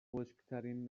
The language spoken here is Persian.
خشکترین